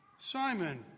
Simon